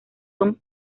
son